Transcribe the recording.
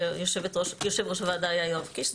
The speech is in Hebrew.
כשיושב-ראש הוועדה היה יואב קיש,